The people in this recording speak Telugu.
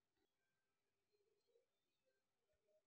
ఋణ చెల్లింపుల యొక్క ప్రాముఖ్యత ఏమిటీ?